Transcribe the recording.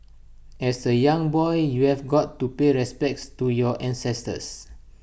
as A young boy you have got to pay respects to your ancestors